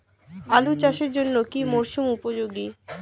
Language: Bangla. আলু চাষের জন্য কি মরসুম উপযোগী?